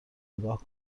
نگاه